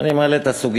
נעבור להצעות לסדר-היום